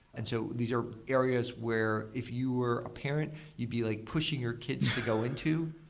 and so these are areas where if you are apparent, you'd be like pushing your kids to go into,